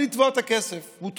אני מזמין שוב את חבר הכנסת מלכיאלי